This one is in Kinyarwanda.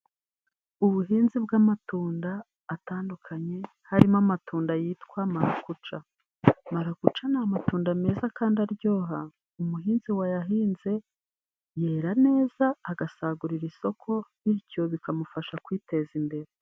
Ubuhinzi bw'amatunda atandukanye harimo amatunda yitwa marakuca. marakuca ni amatunda meza kandi aryoha, umuhinzi wayahinze yera neza agasagurira isoko, bityo bikamufasha kwiteza imbere.